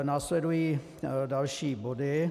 Následují další body.